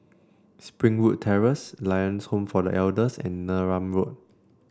Springwood Terrace Lions Home for The Elders and Neram Road